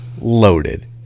loaded